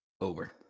Over